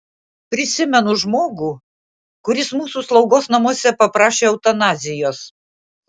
prisimenu žmogų kuris mūsų slaugos namuose paprašė eutanazijos